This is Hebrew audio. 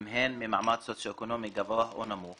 אם הן ממעמד סוציואקונומי גבוה או נמוך